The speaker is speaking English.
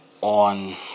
On